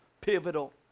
pivotal